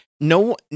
No